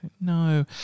No